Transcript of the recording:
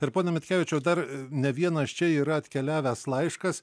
ir pone mitkevičiau dar ne vienas čia yra atkeliavęs laiškas